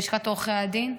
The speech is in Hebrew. בלשכת עורכי הדין?